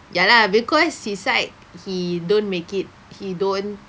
ya lah because his side he don't make it he don't